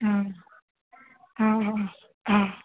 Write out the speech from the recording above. हा हा हा हा